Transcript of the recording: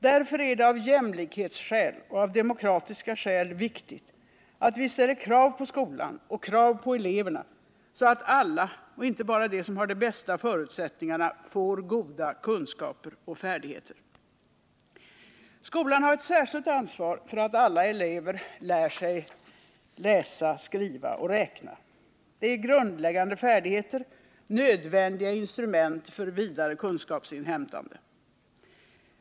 Därför är det av jämlikhetsskäl och av demokratiska skäl viktigt att vi ställer krav på skolan och krav på eleverna, så att alla och inte bara de som har de bästa förutsättningarna får goda kunskaper och färdigheter. Skolan har ett särskilt ansvar för att alla elever lär sig läsa, skriva och räkna. Det är grundläggande färdigheter, nödvändiga instrument för vidare kunskapsinhämtande.